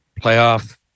playoff